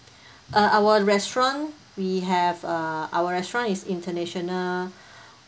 uh our restaurant we have uh our restaurants international